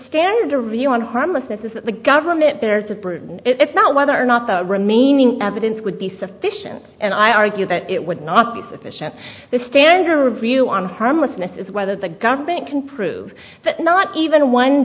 standard to review on harmlessness is that the government there's a it's not whether or not the remaining evidence would be sufficient and i argue that it would not be sufficient the standard to reveal on harmlessness is whether the government can prove that not even one